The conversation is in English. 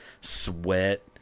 sweat